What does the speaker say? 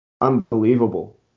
unbelievable